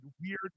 weird